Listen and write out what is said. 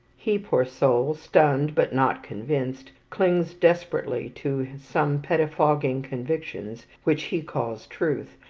he, poor soul, stunned but not convinced, clings desperately to some pettifogging convictions which he calls truth,